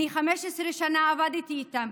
15 שנה עבדתי איתם,